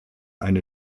eine